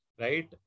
right